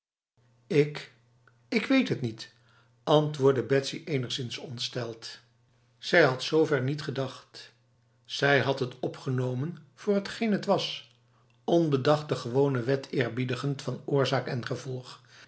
lk ik weet het niet antwoordde betsy enigszins ontsteld zij had zo ver niet gedacht zij had het opgenomen voor hetgeen het was onbedacht de gewone wet eerbiedigend van oorzaak en gevolg